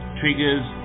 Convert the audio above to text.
triggers